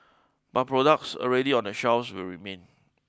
but products already on the shelves will remain